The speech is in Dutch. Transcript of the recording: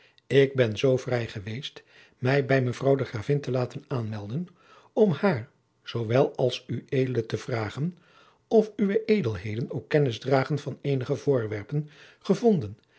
ik ben zoo vrij geweest mij bij mevrouw de gravin te laten aanmelden om haar zoowel als ued te vragen of uwe edelheden ook kennis dragen aan eenige voorwerpen gevonden